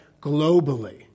globally